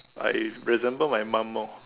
I resemble my mum more